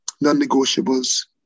non-negotiables